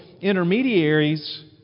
intermediaries